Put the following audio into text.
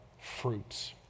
fruits